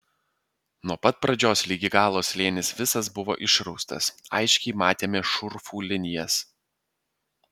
nuo pat pradžios ligi galo slėnis visas buvo išraustas aiškiai matėme šurfų linijas